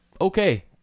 okay